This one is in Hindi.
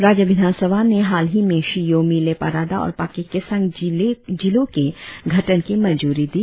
राज्य विधानसभा ने हाल ही में शि योमी लेपा रादा और पाक्के केसांग जिलों के गठन की मंजूरी दी